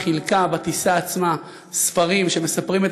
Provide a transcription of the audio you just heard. חילקה בטיסה עצמה ספרים שמספרים את